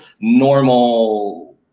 normal